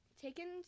taken